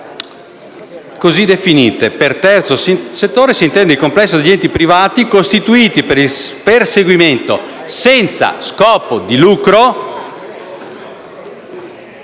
così definite: «Per Terzo settore si intende il complesso degli enti privati costituiti per il perseguimento, senza scopo di lucro,